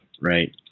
right